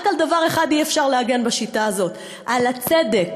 רק על דבר אחד אי-אפשר להגן בשיטה הזאת: על הצדק.